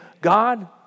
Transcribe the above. God